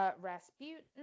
Rasputin